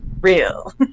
real